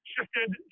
shifted